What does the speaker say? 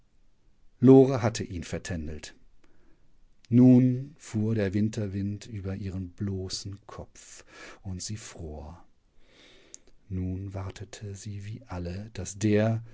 lore hatte ihn vertändelt nun fuhr der winterwind über ihren bloßen kopf und sie fror nun wartete sie wie alle daß der